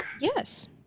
yes